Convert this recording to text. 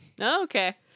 okay